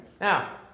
now